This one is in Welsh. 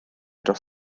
dros